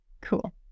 Cool